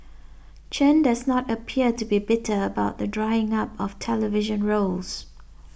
Chen does not appear to be bitter about the drying up of television roles